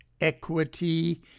equity